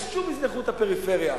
ושוב יזנחו את הפריפריה,